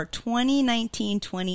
2019-20